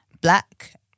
Black